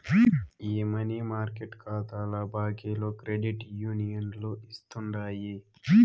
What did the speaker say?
ఈ money market కాతాల బాకీలు క్రెడిట్ యూనియన్లు ఇస్తుండాయి